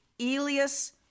Elias